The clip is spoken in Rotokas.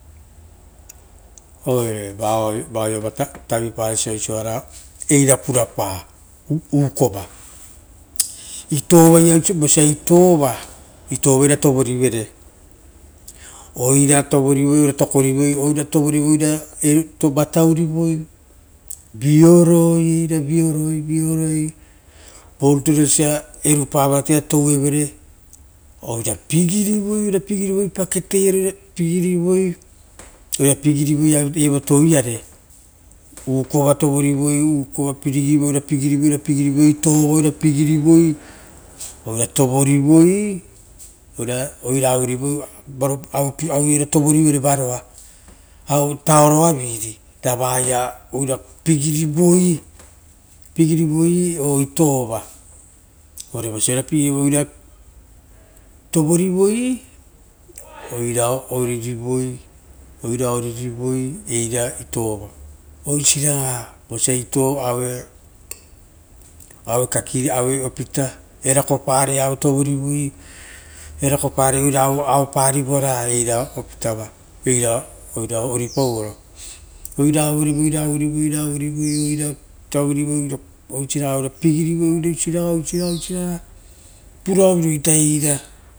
Oire vaoiava tavipara osia oisia eira purapa ukova, vosia itoova rivere, oira tokoriva oira vataurivoi vioroi, era vioroi vioroi voruture osa erupa vara taia touevere oira pigirivoi, pigirivoi vakete iare, oira pigirivoi, pigirivoi evoa oiare ukora tovori voi pigirivoi, iru ovai pigirivo pigirivo, oira pigirivo ra oira tovorivoi, oira urivoi ra awe ia oira tovoivoi varoa aue posipie pato rava oira pigirivoi, pigirivoi, oirevosia oira pigirivoi ra oira tovorivoi oira oririvoi eira itova oisiraaga aue kakiri opita erakoisi oira oripaoro, oira auerivo auerivo, auerivo aurivo, iu auerivoi asiraga pigirivoi oisiraga. oisiraga puraoviro ita eira.